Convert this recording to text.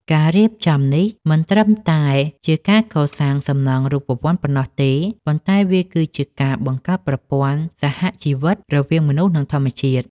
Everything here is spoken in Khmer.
ការរៀបចំនេះមិនត្រឹមតែជាការកសាងសំណង់រូបវន្តប៉ុណ្ណោះទេ ប៉ុន្តែវាគឺជាការបង្កើតប្រព័ន្ធ សហជីវិត រវាងមនុស្ស និងធម្មជាតិ។